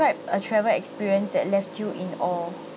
a travel experience that left you in awe